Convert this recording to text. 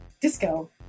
disco